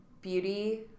beauty